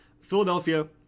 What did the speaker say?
Philadelphia